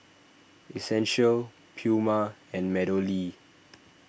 Essential Puma and MeadowLea